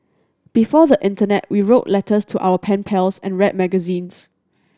before the internet we wrote letters to our pen pals and read magazines